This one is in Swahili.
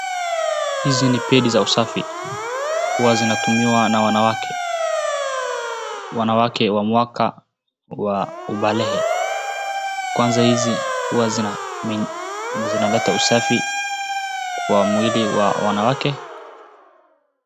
Hizi ni pedi za usafi. Huwa zinatumiwa na wanawake, wanawake wa miaka ya ubalee. Kwanza hizi huwa zinaleta usafi kwa mwili wa wanawake.